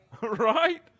Right